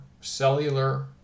cellular